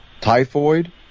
typhoid